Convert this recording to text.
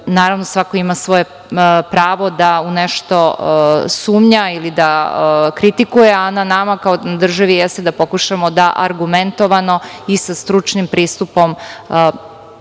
temu. Naravno, svako ima svoje pravo da u nešto sumnja ili da kritikuje, a na nama kao državi jeste da pokušamo da argumentovano i sa stručnim pristupom